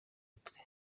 mutwe